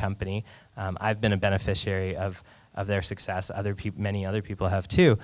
company i've been a beneficiary of of their success other people many other people have to